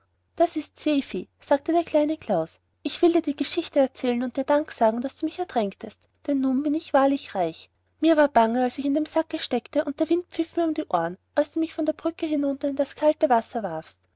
das ist seevieh sagte der kleine klaus ich will dir die geschichte erzählen und dir dank sagen daß du mich ertränktest denn nun bin ich wahrlich reich mir war bange als ich im sacke steckte und der wind pfiff mir um die ohren als du mich von der brücke hinunter in das kalte wasser warfst